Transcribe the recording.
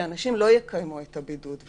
שאנשים לא יקיימו את הבידוד.